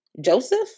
Joseph